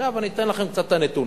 עכשיו אתן לכם קצת את הנתונים,